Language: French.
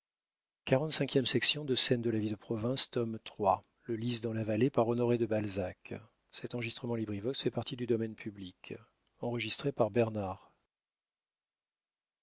de la vie de province tome iii author honoré de balzac